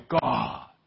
God